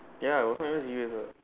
ya he was never nice to you as well [what]